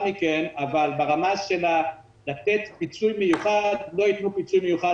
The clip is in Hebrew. מכן אבל ברמה של לתת פיצוי מיוחד לא יתנו פיצוי מיוחד